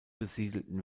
besiedelten